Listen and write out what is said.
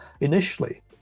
initially